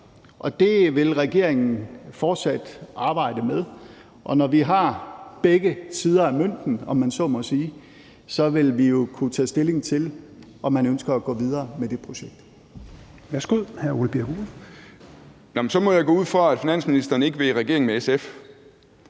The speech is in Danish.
det vil regeringen fortsat arbejde med, og når vi har begge sider af mønten, om man så må sige, vil vi kunne tage stilling til, om vi ønsker at gå videre med det projekt.